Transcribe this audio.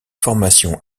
formation